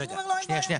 הוא אומר לו, אין בעיה.